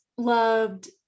loved